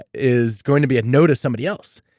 is going to be a no to somebody else.